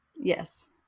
yes